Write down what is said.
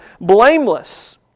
blameless